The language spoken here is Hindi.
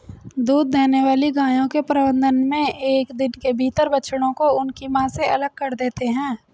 दूध देने वाली गायों के प्रबंधन मे एक दिन के भीतर बछड़ों को उनकी मां से अलग कर देते हैं